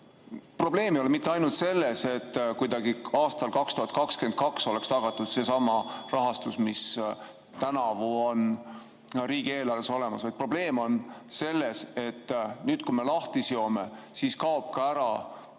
Probleem ei ole mitte ainult selles, et aastal 2022 oleks tagatud seesama rahastus, mis tänavu on riigieelarves olemas, vaid probleem on selles, et nüüd, kui me selle lahti seome, kaob ära